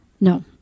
No